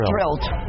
thrilled